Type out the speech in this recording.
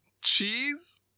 cheese